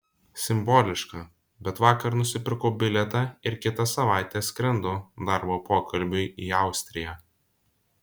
simboliška bet vakar nusipirkau bilietą ir kitą savaitę skrendu darbo pokalbiui į austriją